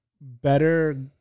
better